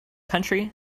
county